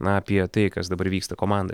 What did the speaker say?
na apie tai kas dabar vyksta komandoj